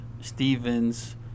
Stevens